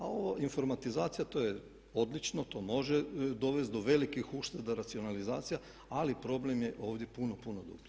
A ova informatizacija to je odlično, to može dovesti do velikih ušteda, racionalizacija ali problem je ovdje puno, puno dublji.